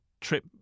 trip